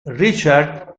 richard